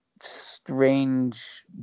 strange